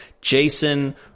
Jason